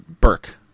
Burke